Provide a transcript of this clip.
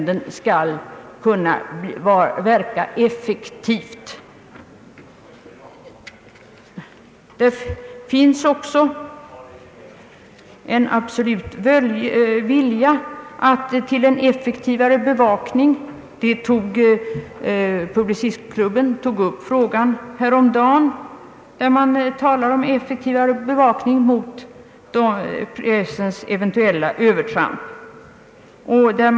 Det finns också en absolut vilja till effektivare bevakning mot pressens eventuella övertramp — Publicistklubben diskuterade den frågan häromdagen.